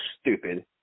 stupid